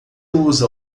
usa